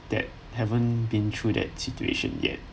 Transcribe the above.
that haven't been through that situation yet